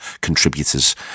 contributors